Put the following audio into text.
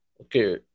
Okay